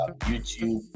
YouTube